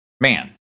Man